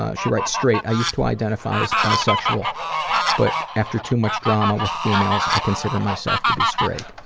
ah she writes, straight. i used to identify as bisexual but after too much drama with females, i consider myself to be straight.